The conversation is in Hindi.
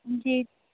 जी